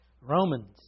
Romans